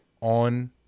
on